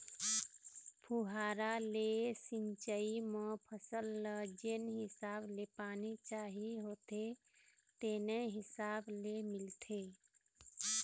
फुहारा ले सिंचई म फसल ल जेन हिसाब ले पानी चाही होथे तेने हिसाब ले मिलथे